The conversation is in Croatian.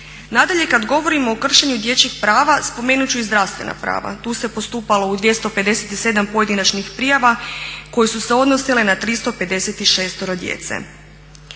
Nadalje, kada govorimo o kršenju dječjih prava, spomenuti ću i zdravstvena prava. Tu se postupalo u 257 pojedinačnih prijava koje su se odnosile na 356.-ero djece.